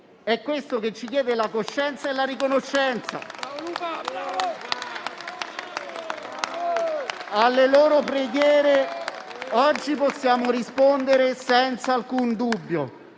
È questo che ci chiede la coscienza e la riconoscenza. Alle loro preghiere oggi possiamo rispondere senza alcun dubbio;